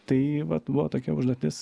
tai vat buvo tokia užduotis